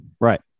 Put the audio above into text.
Right